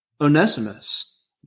Onesimus